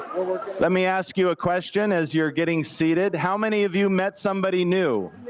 let me ask you a question as you're getting seated, how many of you met somebody new?